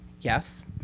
yes